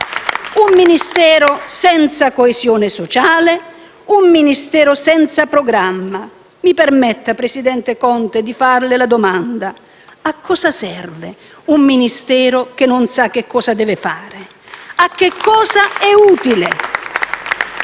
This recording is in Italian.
un Ministero senza coesione sociale, un Ministero senza programma. Mi permetta, presidente Conte, di farle una domanda: a cosa serve un Ministero che non sa che cosa deve fare? A che cosa è utile?